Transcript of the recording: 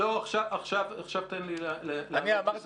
עכשיו תן לי לענות,